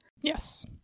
Yes